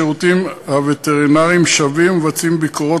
השירותים הווטרינריים שבים ומבצעים ביקורות